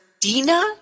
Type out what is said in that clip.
Dina